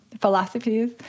Philosophies